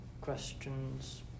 questions